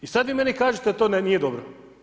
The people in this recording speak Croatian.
I sad vi meni kažite da to nije dobro?